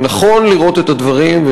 ונכון לראות את הדברים.